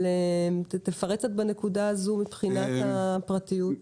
אבל תפרט קצת בנקודה הזאת מבחינת הפרטיות.